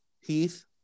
Heath